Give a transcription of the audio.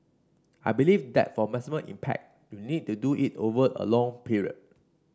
I believe that for maximum impact you need to do it over a long period